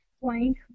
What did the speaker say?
point